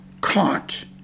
caught